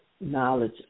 knowledge